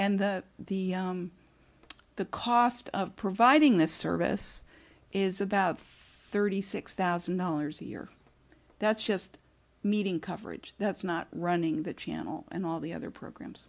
and the the the cost of providing this service is about thirty six thousand dollars a year that's just meeting coverage that's not running the channel and all the other programs